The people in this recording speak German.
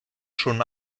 schon